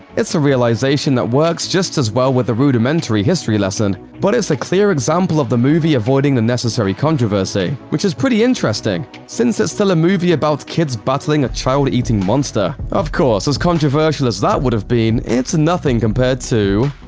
it's a realization that works just as well with a rudimentary rudimentary history lesson, but it's a clear example of the movie avoiding unnecessary controversy which is pretty interesting, since it's still a movie about kids battling a child-eating monster. of course, as controversial as that would've been, it's nothing compared to.